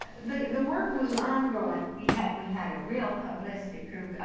the the work was ongoing. we had we had a real publicity crew.